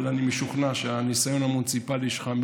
אבל אני משוכנע שהניסיון המוניציפלי שלך,